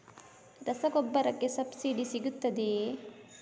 ರಸಗೊಬ್ಬರಕ್ಕೆ ಸಬ್ಸಿಡಿ ಸಿಗುತ್ತದೆಯೇ?